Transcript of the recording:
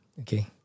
Okay